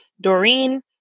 Doreen